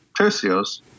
tercios